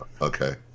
Okay